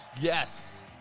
Yes